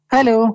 Hello